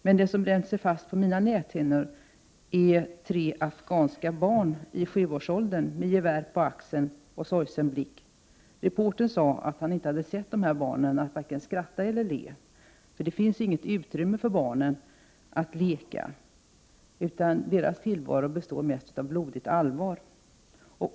Men det som bränt sig fast på mina näthinnor är tre afghanska barn i sjuårsåldern med gevär på axeln och sorgsen blick. Reporten sade att han inte sett de barnen vare sig skratta eller le. Det finns inget utrymme för lek i barnens tillvaro; den består mest av blodigt allvar.